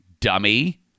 dummy